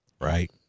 Right